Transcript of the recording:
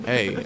Hey